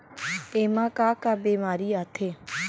एमा का का बेमारी आथे?